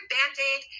Band-Aid